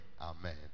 Amen